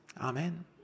Amen